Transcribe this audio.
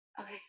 okay